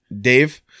Dave